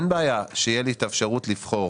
אין בעיה שתהיה לי את האפשרות לבחור.